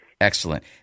Excellent